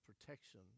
protection